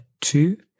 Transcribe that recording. two